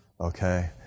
okay